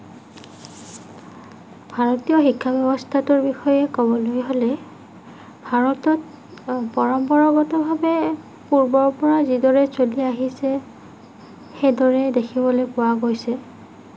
ভাৰতীয় শিক্ষা ব্যৱস্থাটোৰ বিষয়ে ক'বলৈ হ'লে ভাৰতত পৰম্পৰাগতভাৱে পূৰ্বৰে পৰা যিদৰে চলি আহিছে সেইদৰে দেখিবলৈ পোৱা গৈছে